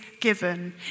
given